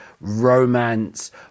Romance